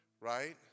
Right